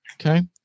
Okay